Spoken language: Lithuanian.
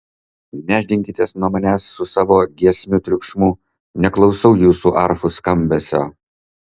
nešdinkitės nuo manęs su savo giesmių triukšmu neklausau jūsų arfų skambesio